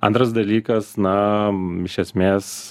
antras dalykas na iš esmės